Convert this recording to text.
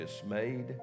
dismayed